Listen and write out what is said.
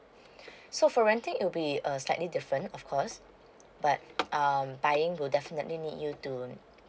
so for renting it'll be a slightly different of course but um buying will definitely need you to